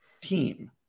team